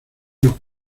nos